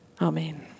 Amen